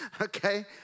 Okay